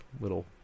little